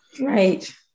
Right